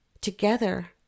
Together